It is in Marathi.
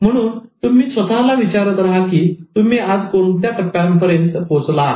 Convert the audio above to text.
म्हणून तुम्ही स्वतःला विचारत रहा की तुम्ही आज कोणत्या टप्प्यापर्यंत पोहोचला आहात